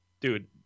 dude